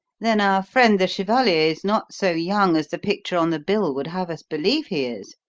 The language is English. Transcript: then our friend the chevalier is not so young as the picture on the bill would have us believe he is.